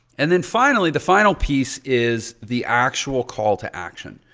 and then finally, the final piece is the actual call to action.